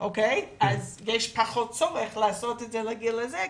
אז יש פחות צורך לעשות את זה לגיל הזה,